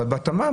אבל בהתאמה,